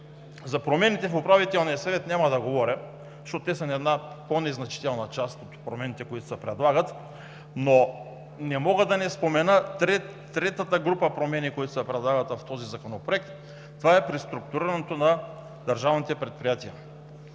За промените в Управителния съвет няма да говоря, защото са по-незначителната част от промените, които се предлагат. Не мога обаче да не спомена третата група промени, които се предлагат в този законопроект – преструктурирането на държавните предприятия.